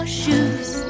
shoes